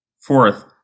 Fourth